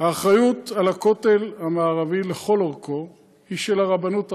האחריות לכותל המערבי לכל אורכו היא של הרבנות הראשית,